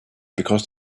because